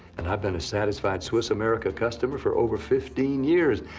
and ive been a satisfied swiss america customer for over fifteen years.